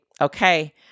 okay